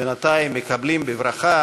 בינתיים מקבלים בברכה